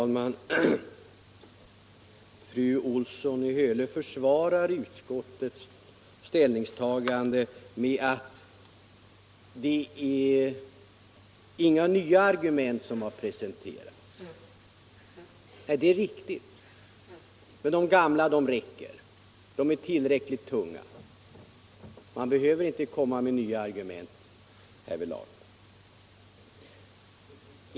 Herr talman! Fru Olsson i Hölö försvarar utskottets ställningstagande med att inga nya argument har presenterats. Det är riktigt, men de gamla argumenten räcker. De är tillräckligt tunga. Man behöver inte komma med nya argument härvidlag.